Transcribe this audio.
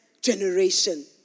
generation